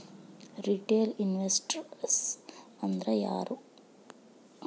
Retail investors ಅಂದ್ರಾ ಯಾರು?